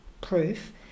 proof